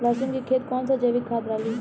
लहसुन के खेत कौन सा जैविक खाद डाली?